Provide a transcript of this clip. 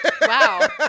Wow